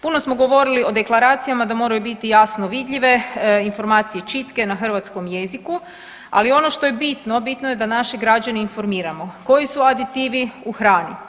Puno smo govorili o deklaracijama da moraju biti jasno vidljive, informacije čitke na hrvatskom jeziku, ali ono što je bitno, bitno je da naše građane informiramo koji su aditivi u hrani.